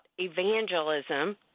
evangelism